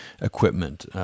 equipment